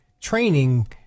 training